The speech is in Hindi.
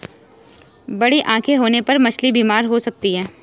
बड़ी आंखें होने पर मछली बीमार हो सकती है